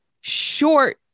short